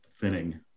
thinning